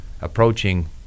approaching